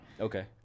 Okay